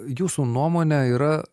jūsų nuomone yra